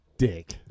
Dick